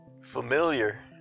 familiar